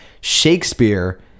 Shakespeare